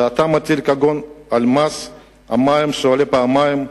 שאתה מטיל, כגון מס המים, שעולה פעמיים,